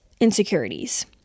insecurities